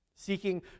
seeking